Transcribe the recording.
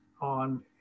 on